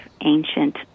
ancient